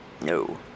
No